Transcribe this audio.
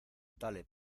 dale